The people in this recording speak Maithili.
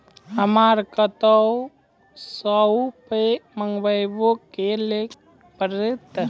हमरा कतौ सअ पाय मंगावै कऽ लेल की करे पड़त?